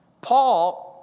Paul